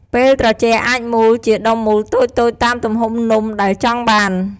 ពេលត្រជាក់អាចមូលជាដុំមូលតូចៗតាមទំហំនំដែលចង់បាន។